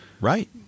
Right